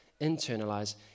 internalize